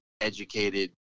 educated